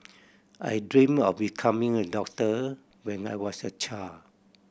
I dream of becoming a doctor when I was a child